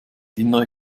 innere